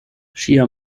ŝia